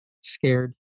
scared